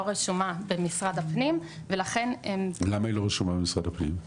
רשומה במשרד הפנים- -- למה היא לא רשומה במשרד הפנים?